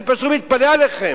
אני פשוט מתפלא עליכם.